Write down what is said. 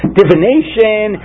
divination